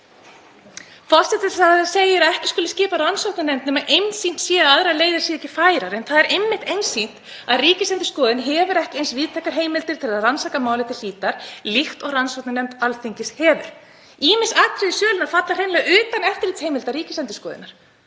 Forsætisráðherra segir að ekki skuli skipa rannsóknarnefnd nema einsýnt sé að aðrar leiðir séu ekki færar. En það er einmitt einsýnt að Ríkisendurskoðun hefur ekki eins víðtækar heimildir til að rannsaka málið til hlítar og rannsóknarnefnd Alþingis hefur. Ýmis atriði í sölunni falla hreinlega utan eftirlitsheimilda Ríkisendurskoðunar.